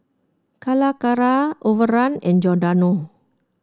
Calacara Overrun and Giordano